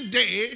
day